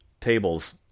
tables